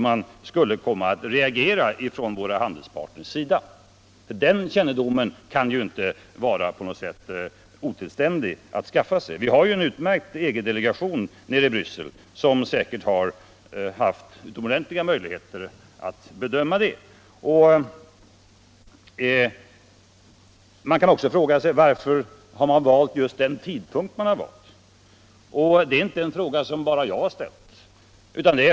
Men visst kunde man ha skaffat sig kännedom om hur våra handelspartner skulle reagera? Vi har en utmärkt EG-delegation i Bryssel som säkerligen hade haft utomordentliga möjligheter att bedöma den saken om den kopplats in. Jag frågar mig också varför man valde just den här tidpunkten. Det är inte en fråga som bara jag ställt.